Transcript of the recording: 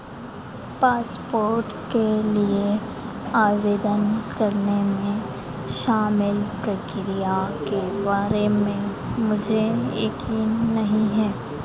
passport के लिए आवेदन करने में शामिल प्रक्रिया के बारे में मुझे यकीन नहीं है